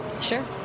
sure